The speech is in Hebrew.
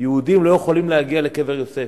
יהודים לא יכולים להגיע לקבר-יוסף.